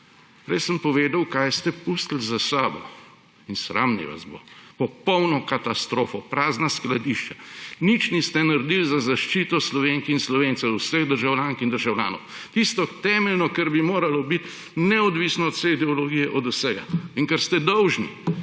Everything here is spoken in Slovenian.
Prej sem povedal, kaj ste pustili za seboj; in sram naj vas bo. Popolno katastrofo, prazna skladišča, nič niste naredili za zaščito Slovenk in Slovencev, vseh državljank in državljanov. Tisto temeljno, kar bi moralo biti neodvisno od vse ideologije, od vsega in kar ste dolžni.